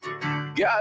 God